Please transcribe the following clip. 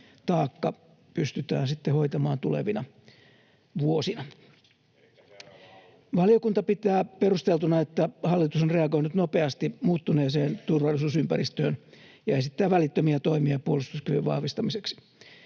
Laakso: Elikkä seuraava hallitus!] Valiokunta pitää perusteltuna, että hallitus on reagoinut nopeasti muuttuneeseen turvallisuusympäristöön ja esittää välittömiä toimia puolustuskyvyn vahvistamiseksi.